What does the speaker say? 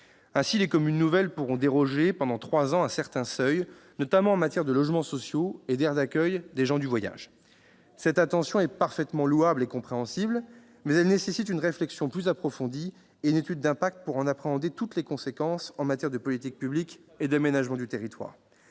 Ainsi, les communes nouvelles pourraient déroger pendant trois ans à certains seuils, notamment en matière de logements sociaux et d'aires d'accueil des gens du voyage. L'intention est parfaitement louable et compréhensible, mais une réflexion plus approfondie et une étude d'impact sont nécessaires pour appréhender toutes les conséquences d'une telle mesure en matière de politiques publiques et d'aménagement du territoire.